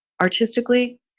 artistically